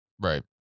Right